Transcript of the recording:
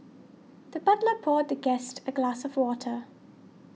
the butler poured the guest a glass of water